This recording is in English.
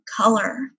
color